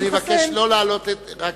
אני מבקש לא רק להעלות את עמדתך,